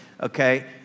okay